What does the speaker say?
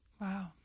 Wow